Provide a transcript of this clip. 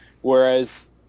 Whereas